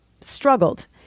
struggled